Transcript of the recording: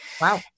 Wow